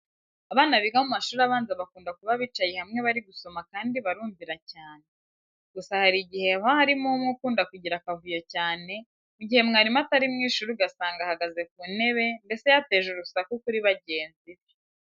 Abana biga mu mashuri abanza bakunda kuba bicaye hamwe bari gusoma kandi barumvira cyane. Gusa hari igihe haba harimo umwe ukunda kugira akavuyo cyane, mu gihe mwarimu atari mu ishuri ugasanga ahagaze ku ntebe, mbese yateje urusaku kuri bagenzi be.